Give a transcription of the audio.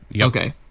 Okay